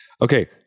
Okay